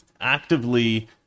actively